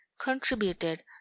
contributed